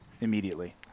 Immediately